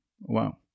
Wow